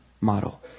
model